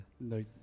no